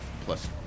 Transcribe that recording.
plus